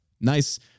Nice